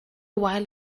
while